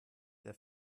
der